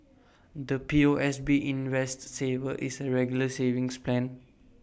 the POSB invest saver is A regular savings plan